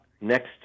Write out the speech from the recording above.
next